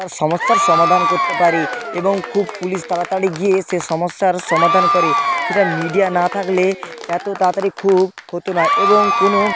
তার সমস্যার সমাধান করতে পারি এবং খুব পুলিশ তাড়াতাড়ি গিয়ে সে সমস্যার সমাধান করে সেটা মিডিয়া না থাকলে এতো তাড়াতাড়ি খুব হতো না এবং কোনও